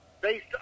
based